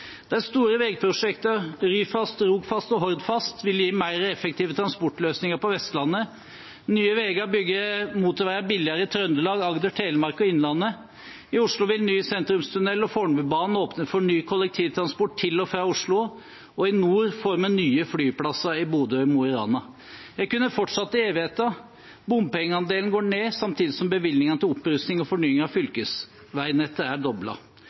samferdsel. De store veiprosjektene Ryfast, Rogfast og Hordfast vil gi mer effektive transportløsninger på Vestlandet. Nye Veier bygger motorveier billigere i Trøndelag, Agder, Telemark og Innlandet. I Oslo vil ny sentrumstunnel og Fornebubanen åpne for ny kollektivtransport til og fra Oslo. Og i nord får vi nye flyplasser i Bodø og Mo i Rana. Jeg kunne fortsatt i evigheter. Bompengeandelen går ned samtidig som bevilgningene til opprustning og fornying av fylkesveinettet er